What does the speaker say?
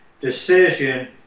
decision